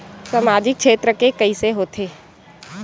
सामजिक क्षेत्र के कइसे होथे?